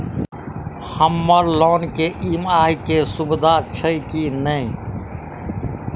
हम्मर लोन केँ ई.एम.आई केँ सुविधा छैय की नै?